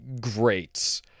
great